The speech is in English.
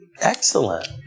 Excellent